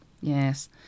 Yes